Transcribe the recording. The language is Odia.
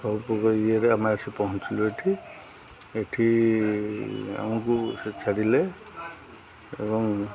ସବୁ ପ୍ରକାର ଇଏରେ ଆମେ ଆସି ପହଞ୍ଚିଲୁ ଏଠି ଏଠି ଆମକୁ ସେ ଛାଡ଼ିଲେ ଏବଂ